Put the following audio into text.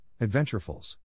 Adventurefuls